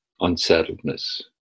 unsettledness